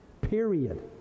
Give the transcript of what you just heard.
Period